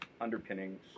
underpinnings